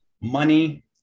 money